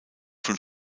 von